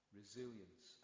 resilience